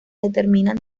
determinan